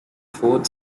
fourth